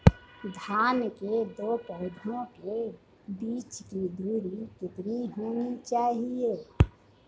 धान के दो पौधों के बीच की दूरी कितनी होनी चाहिए?